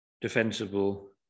defensible